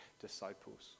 disciples